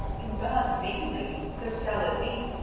in god's name, lady, so shall it be.